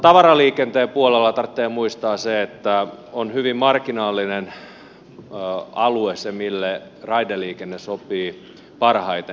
tavaraliikenteen puolella tarvitsee muistaa se että se on hyvin marginaalinen alue mille raideliikenne sopii parhaiten